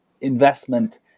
investment